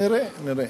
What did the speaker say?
נראה, נראה.